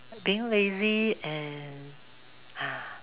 being lazy and ah